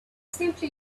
simply